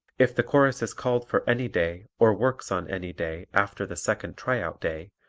if the chorus is called for any day, or works on any day, after the second tryout day,